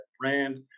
brand